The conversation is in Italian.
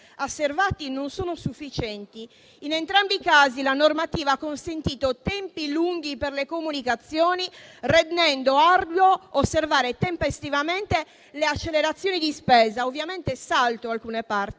energetica asseverati. In entrambi i casi la normativa ha consentito tempi lunghi per le comunicazioni, rendendo arduo osservare tempestivamente le accelerazioni della spesa». Ovviamente salto alcune parti: